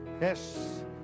yes